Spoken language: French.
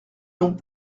donc